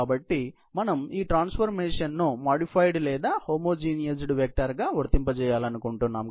కాబట్టి మేము ఈ ట్రాన్సఫార్మేషన్ ను మాడిఫైడ్ లేదా హోమోజినైజ్డ్ వెక్టర్కు వర్తింపజేయాలనుకుంటున్నాము